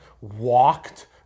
walked